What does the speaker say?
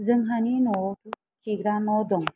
जोंहानि न'आवबो खिग्रा न' दं